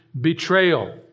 betrayal